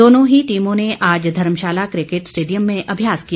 दोनों ही टीमों ने आज धर्मशाला क्रिकेट स्टेडियम में अभ्यास किया